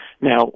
Now